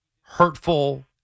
hurtful